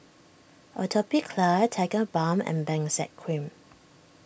Atopiclair Tigerbalm and Benzac Cream